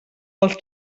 els